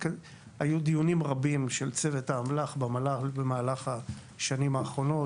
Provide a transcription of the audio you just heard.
היו דיונים רבים של צוות האמל"ח במל"ל במהלך השנים האחרונות,